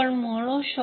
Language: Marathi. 707 I0 कोन 45 ° असेल